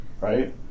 right